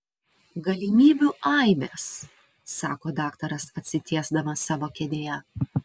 galimybių aibės sako daktaras atsitiesdamas savo kėdėje